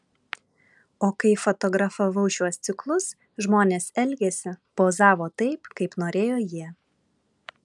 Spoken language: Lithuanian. o kai fotografavau šiuos ciklus žmonės elgėsi pozavo taip kaip norėjo jie